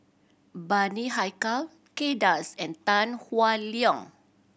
Bani Haykal Kay Das and Tan Howe Liang